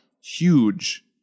huge